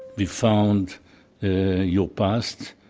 we found your past.